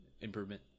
Improvement